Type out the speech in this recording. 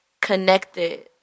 connected